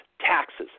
taxes